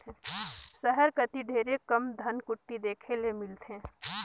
सहर कती ढेरे कम धनकुट्टी देखे ले मिलथे